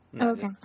Okay